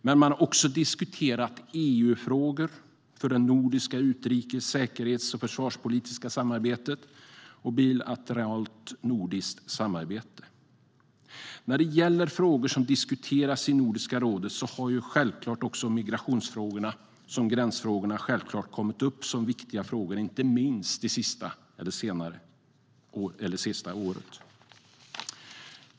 Men man har också diskuterat EU-frågor för det nordiska utrikes-, säkerhets och försvarspolitiska samarbetet och bilateralt nordiskt samarbete. När det gäller frågor som diskuterats i Nordiska rådet har också migrationsfrågorna samt gränsfrågorna självklart kommit upp som viktiga frågor inte minst under det senaste året.